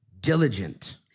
diligent